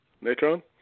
Natron